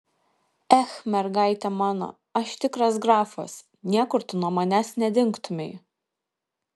ech mergaite mano aš tikras grafas niekur tu nuo manęs nedingtumei